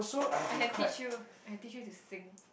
I can teach you I can teach you to sing